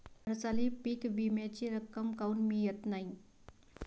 हरसाली पीक विम्याची रक्कम काऊन मियत नाई?